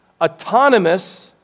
Autonomous